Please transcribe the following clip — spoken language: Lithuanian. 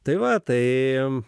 tai va tai joms